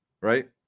right